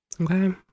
Okay